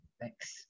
Thanks